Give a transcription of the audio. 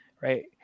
right